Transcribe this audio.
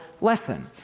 lesson